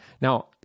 Now